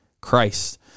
Christ